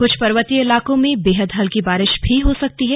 कुछ पर्वतीय इलाकों में बेहद हल्की बारिश भी हो सकती है